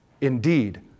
indeed